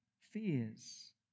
fears